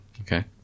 Okay